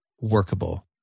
workable